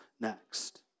next